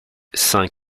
saint